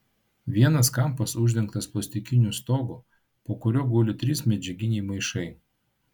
vienas kampas uždengtas plastikiniu stogu po kuriuo guli trys medžiaginiai maišai